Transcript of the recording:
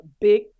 big